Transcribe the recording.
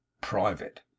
Private